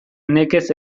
nekez